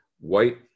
white